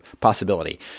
possibility